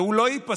והוא לא ייפסק